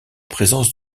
présence